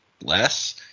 less